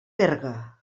berga